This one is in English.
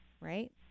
right